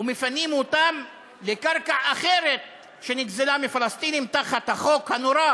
ומפנים אותם לקרקע אחרת שנגזלה מפלסטינים תחת החוק הנורא